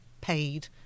paid